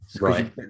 right